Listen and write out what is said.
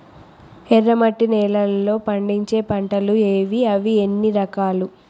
ఎర్రమట్టి నేలలో పండించే పంటలు ఏవి? అవి ఎన్ని రకాలు?